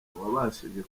wabashije